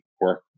work